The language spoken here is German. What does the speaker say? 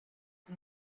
sie